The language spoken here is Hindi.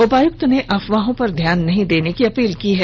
उपायुक्त ने अफवाहों पर ध्यान नहीं देने की अपील की है